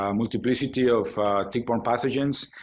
um multiplicity of tick-borne pathogens,